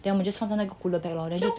then we just 放在那个 cooler bag lor